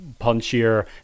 punchier